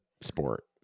sport